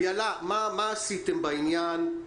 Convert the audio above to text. איילה, מה עשיתם בעניין?